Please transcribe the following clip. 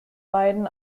beiden